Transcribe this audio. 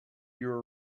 your